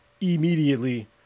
immediately